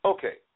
Okay